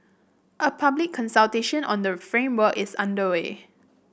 a public consultation on the framework is underway